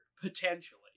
potentially